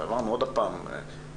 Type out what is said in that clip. אגב,